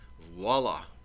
voila